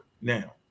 now